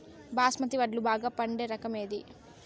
బాస్మతి వడ్లు బాగా పండే రకం ఏది